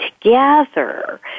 together